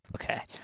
Okay